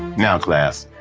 now, class,